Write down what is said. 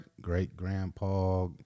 great-grandpa